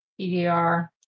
PDR